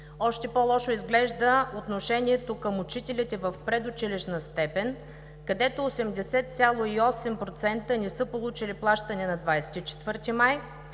Още по-лошо изглежда отношението към учителите в предучилищната степен, където 80,8% не са получили плащания на 24 май,